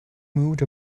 moved